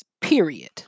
period